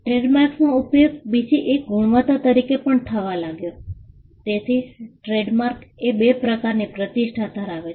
ટ્રેડમાર્ક્સનો ઉપયોગ બીજી એક ગુણવત્તા તરીકે પણ થવા લાગ્યો તેથી ટ્રેડમાર્ક એ બે પ્રકારની પ્રતિષ્ઠા ધરાવે છે